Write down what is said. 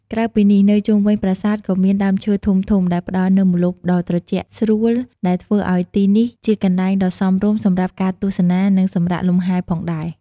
ក្រៅពីនេះ នៅជុំវិញប្រាសាទក៏មានដើមឈើធំៗដែលផ្តល់នូវម្លប់ដ៏ត្រជាក់ស្រួល ដែលធ្វើឲ្យទីនេះជាកន្លែងដ៏សមរម្យសម្រាប់ការទស្សនានិងសម្រាកលម្ហែផងដែរ។